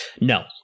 No